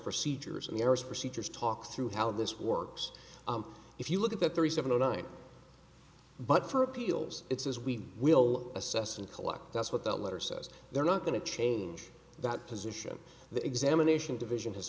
procedures and the i r s procedures talk through how this works if you look at the three seven zero nine but for appeals it says we will assess and collect that's what that letter says they're not going to change that position the examination division